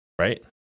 right